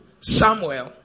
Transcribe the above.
Samuel